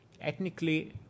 ethnically